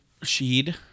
Sheed